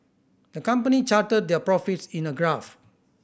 the company charted their profits in a graph